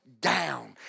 down